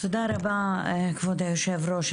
תודה רבה, כבוד היושב-ראש.